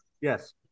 Yes